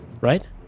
right